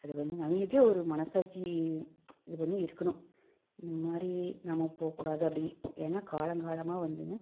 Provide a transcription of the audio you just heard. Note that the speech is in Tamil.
அது வந்து நம்மக்கிட்டையே ஒரு மனசாட்சி இது பண்ணி இருக்கணும் இந்த மாதிரி நம்ம போகக்கூடாது அப்படிங்கி போ ஏன்னா காலங்காலமாக வந்துங்க